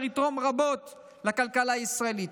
ויתרום רבות לכלכלה הישראלית.